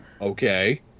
Okay